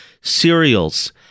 cereals